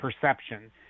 perception